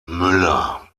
müller